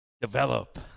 develop